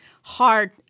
hard